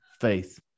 faith